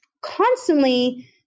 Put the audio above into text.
Constantly